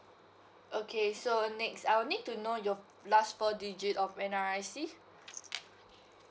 okay so next I'll need to know your last four digit of N_R_I_C